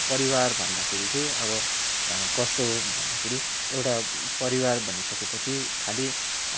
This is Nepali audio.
परिवार भन्दाखेरि चाहिँ अब कस्तो हो भन्दाखेरि एउटा परिवार भनिसकेपछि खालि